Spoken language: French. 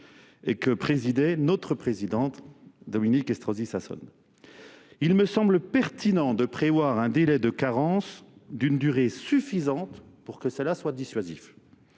et que présidait notre présidente Dominique Estrosi-Sassonne. Il me semble pertinent de prévoir un délai de carence d'une durée suffisante pour que cela soit dissuasif.